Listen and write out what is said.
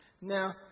Now